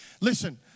Listen